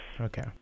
Okay